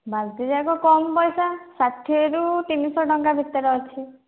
ବାଲ୍ଟି ଯାକ କମ ପଇସା ଷାଠିଏରୁ ତିନିଶହ ଟଙ୍କା ଭିତରେ ଅଛି